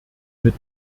mit